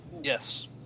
Yes